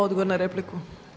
Odgovor na repliku.